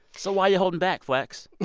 so why you holding back, flex?